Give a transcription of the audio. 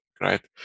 Right